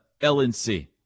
LNC